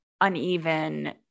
uneven